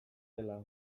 zela